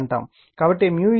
కాబట్టి0r